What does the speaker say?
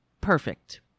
perfect